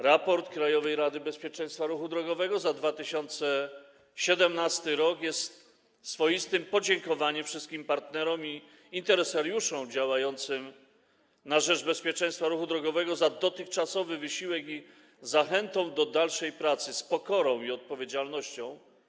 Raport Krajowej Rady Bezpieczeństwa Ruchu Drogowego za 2017 r. jest swoistym podziękowaniem wszystkim partnerom i interesariuszom działającym na rzecz bezpieczeństwa ruchu drogowego za dotychczasowy wysiłek i zachętą do dalszej pracy - z pokorą i odpowiedzialnością.